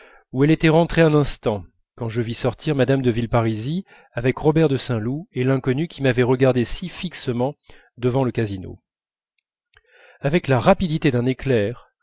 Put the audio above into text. où elle était rentrée un instant quand je vis sortir mme de villeparisis avec robert de saint loup et l'inconnu qui m'avait regardé si fixement devant le casino avec la rapidité d'un éclair